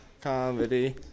Comedy